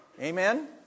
Amen